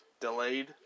delayed